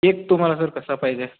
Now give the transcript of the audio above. cake तुम्हाला sir कसा पाहिजे